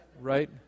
right